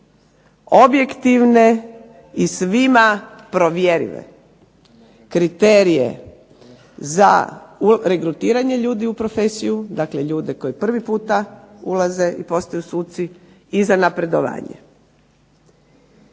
objektivne i svima provjerive kriterije za regrutiranje ljudi u profesiju, dakle ljude koji prvi puta ulaze i postaju suci i za napredovanje.